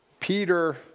Peter